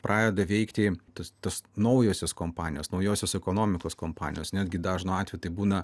pradeda veikti tas tas naujosios kompanijos naujosios ekonomikos kompanijos netgi dažnu atveju tai būna